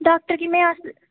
doctor गी में